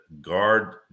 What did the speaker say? guard